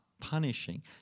punishing